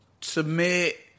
submit